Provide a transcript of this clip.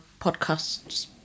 podcasts